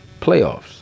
playoffs